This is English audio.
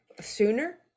sooner